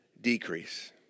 decrease